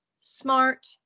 smart